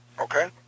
okay